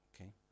okay